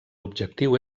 objectiu